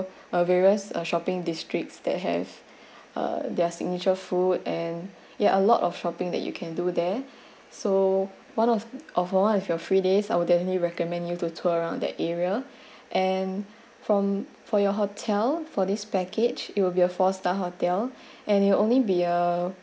there are various uh shopping districts that have uh their signature food and ya a lot of shopping that you can do there so one of of all one of your free days our definitely recommend you to tour around that area and from for your hotel for this package it will be a four star hotel and it'll only be uh